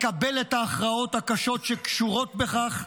לקבל את ההכרעות הקשות שקשורות בכך,